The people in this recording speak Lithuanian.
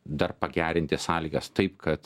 dar pagerinti sąlygas taip kad